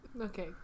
Okay